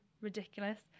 ridiculous